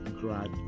grad